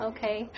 Okay